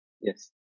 Yes